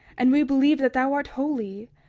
and we believe that thou art holy,